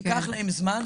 ייקח להם זמן.